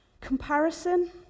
comparison